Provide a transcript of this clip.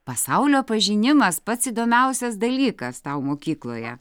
pasaulio pažinimas pats įdomiausias dalykas tau mokykloje